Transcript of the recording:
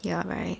ya right